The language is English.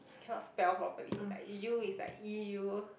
cannot spell properly like you is like E_U